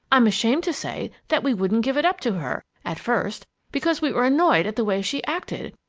i'm ashamed to say that we wouldn't give it up to her at first because we were annoyed at the way she acted.